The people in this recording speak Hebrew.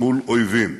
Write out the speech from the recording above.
מול אויבים.